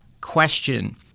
question